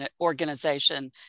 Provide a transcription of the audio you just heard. organization